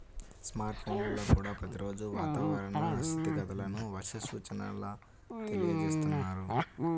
smart ఫోన్లల్లో కూడా ప్రతి రోజూ వాతావరణ స్థితిగతులను, వర్ష సూచనల తెలియజేస్తున్నారు